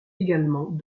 également